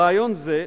בריאיון זה,